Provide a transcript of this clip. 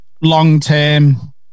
long-term